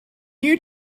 you